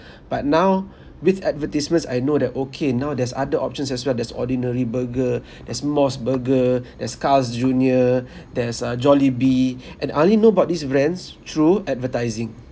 but now with advertisements I know that okay now there's other options as well there's ordinary burger there's MOS burger there's carl's junior there's uh jollibee and I only know about these brands through advertising